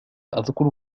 أذكر